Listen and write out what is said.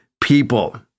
people